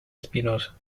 espinosa